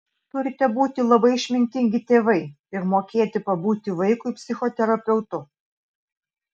turite būti labai išmintingi tėvai ir mokėti pabūti vaikui psichoterapeutu